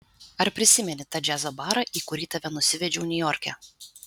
ar prisimeni tą džiazo barą į kurį tave nusivedžiau niujorke